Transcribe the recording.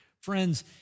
friends